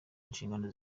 inshingano